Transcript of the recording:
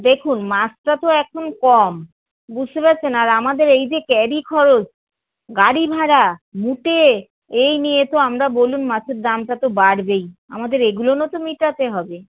দেখুন মাছটা তো এখন কম বুঝতে পারছেন আর আমাদের এই যে ক্যারি খরচ গাড়ি ভাড়া মুটে এই নিয়ে তো আমরা বলুন মাছের দামটা তো বাড়বেই আমাদের এগুলোও তো মেটাতে হবে